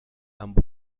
amb